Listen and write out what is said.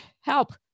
Help